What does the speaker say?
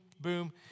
boom